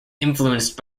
influenced